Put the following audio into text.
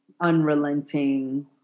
unrelenting